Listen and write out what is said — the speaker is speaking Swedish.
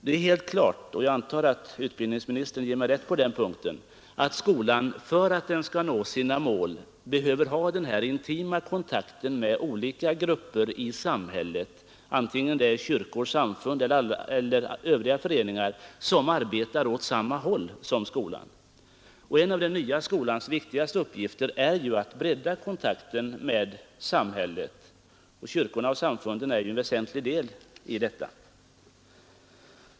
Det är helt klart, och jag antar att utbildningsministern ger mig rätt på den punkten, att skolan för att den skall nå sina mål behöver ha den här intima kontakten med olika grupper i samhället, antingen det är kyrkor, samfund eller övriga föreningar som arbetar åt samma håll som skolan. Men en av den nya skolans viktigaste uppgifter är att rädda kontakten med samhället — och kyrkorna och samfunden är ju en väsentlig del i detta.